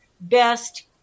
Best